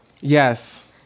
Yes